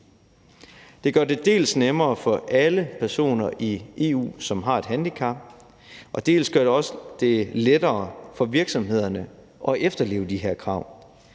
Det gør det dels nemmere for alle personer i EU, som har et handicap, og dels gør det det også lettere for virksomhederne at efterleve de her krav.